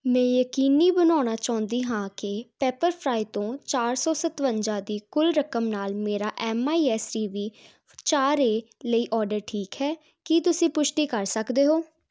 ਮੈਂ ਯਕੀਨੀ ਬਣਾਉਣਾ ਚਾਹੁੰਦੀ ਹਾਂ ਕਿ ਪੇਪਰਫਰਾਈ ਤੋਂ ਚਾਰ ਸੌ ਸਤਵੰਜਾ ਦੀ ਕੁੱਲ ਰਕਮ ਨਾਲ ਮੇਰਾ M I S E V ਚਾਰ ਏ ਲਈ ਆਰਡਰ ਠੀਕ ਹੈ ਕੀ ਤੁਸੀਂ ਪੁਸ਼ਟੀ ਕਰ ਸਕਦੇ ਹੋ